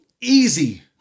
easy